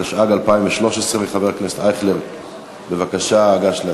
התשע"ג 2013. בבקשה,